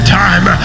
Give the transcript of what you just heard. time